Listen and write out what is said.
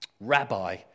Rabbi